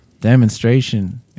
demonstration